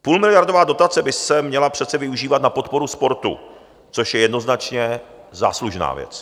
Půlmiliardová dotace by se měla přece využívat na podporu sportu, což je jednoznačně záslužná věc.